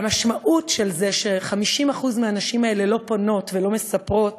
המשמעות של זה ש-50% מהנשים האלה לא פונות ולא מספרות